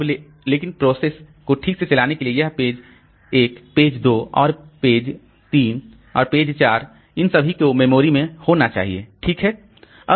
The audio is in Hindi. अब लेकिन प्रोसेस को ठीक से चलाने के लिए यह पेज 1 पेज 2 पेज 3 और पेज 4 उन सभी को मेमोरी में होना चाहिए ठीक है